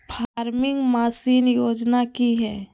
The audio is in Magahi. फार्मिंग मसीन योजना कि हैय?